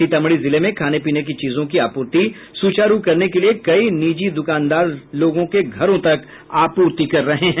सीतामढ़ी जिले में खाने पीने की चीजों की आपूर्ति सुचारू करने के लिये कई निजी दुकानदार लोगों के घरों तक आपूर्ति कर रहे हैं